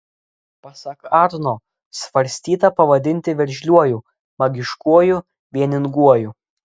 pasak arno svarstyta pavadinti veržliuoju magiškuoju vieninguoju